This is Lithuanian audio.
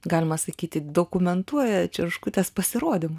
galima sakyti dokumentuoja čerškutės pasirodymus